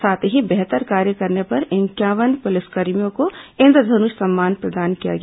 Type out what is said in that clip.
साथ ही बेहतर कार्य करने पर इंक्यावन पुलिसकर्मियों को इंद्रधनुष सम्मान प्रदान किया गया